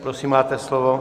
Prosím, máte slovo.